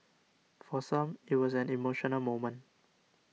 for some it was an emotional moment